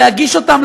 להגיש אותן,